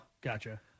Gotcha